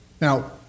Now